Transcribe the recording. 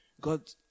God